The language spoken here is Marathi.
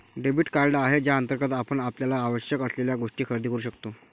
डेबिट कार्ड आहे ज्याअंतर्गत आपण आपल्याला आवश्यक असलेल्या गोष्टी खरेदी करू शकतो